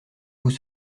vous